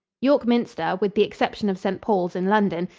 york minster, with the exception of st. paul's in london,